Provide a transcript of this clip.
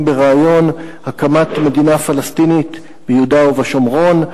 ברעיון הקמת מדינה פלסטינית ביהודה ושומרון,